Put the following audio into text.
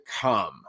come